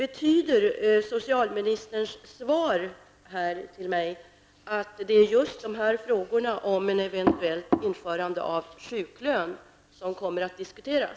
Betyder socialministerns svar att det är just frågan om ett eventuellt införande av sjuklön som kommer att diskuteras?